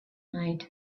night